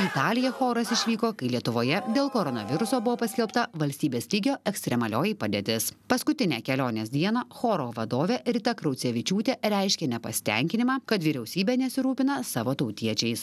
į italiją choras išvyko kai lietuvoje dėl koronaviruso buvo paskelbta valstybės lygio ekstremalioji padėtis paskutinę kelionės dieną choro vadovė rita kraucevičiūtė reiškė nepasitenkinimą kad vyriausybė nesirūpina savo tautiečiais